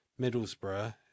Middlesbrough